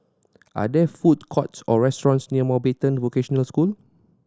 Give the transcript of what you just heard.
are there food courts or restaurants near Mountbatten Vocational School